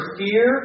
fear